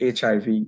HIV